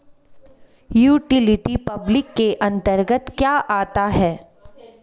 Utility public के अंतर्गत क्या आता है?